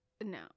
No